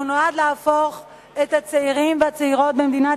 והוא נועד להפוך את הצעירים והצעירות במדינת